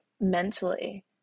mentally